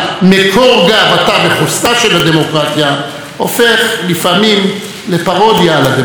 הופך לפעמים לפרודיה על הדמוקרטיה ולסמל לחולשתה.